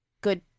good